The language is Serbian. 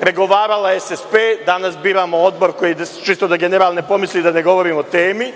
pregovarala SSP, a danas biramo odbor. Čisto da general ne pomisli da ne govorim o temi.